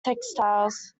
textiles